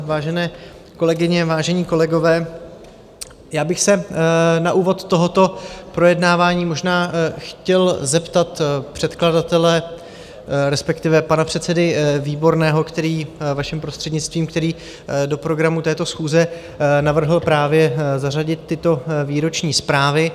Vážené kolegyně, vážení kolegové, já bych se na úvod tohoto projednávání možná chtěl zeptat předkladatele, respektive pana předsedy Výborného, vaším prostřednictvím, který do programu této schůze navrhl právě zařadit tyto výroční zprávy.